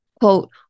Quote